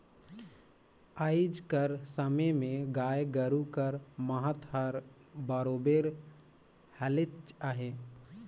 आएज कर समे में गाय गरू कर महत हर बरोबेर हलेच अहे